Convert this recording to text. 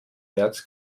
märz